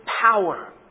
power